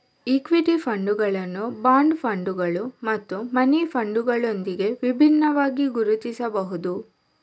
equity ಫಂಡುಗಳನ್ನು bond ಫಂಡುಗಳು ಮತ್ತು ಮನಿ ಫಂಡುಗಳೊಂದಿಗೆ ವಿಭಿನ್ನವಾಗಿ ಗುರುತಿಸಬಹುದು